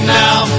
now